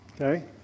Okay